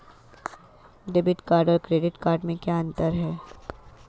Debit card और credit card में क्या अंतर है?